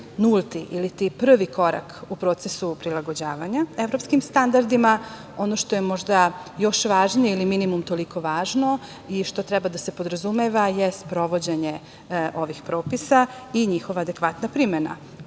iliti prvi korak u procesu prilagođavanja evropskim standardima. Ono što je možda još važnije ili minimum toliko važno i što treba da se podrazumeva je sprovođenje ovih propisa i njihova adekvatna primena,